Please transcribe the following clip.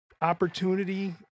opportunity